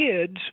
kids